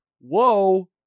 Whoa